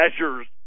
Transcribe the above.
measures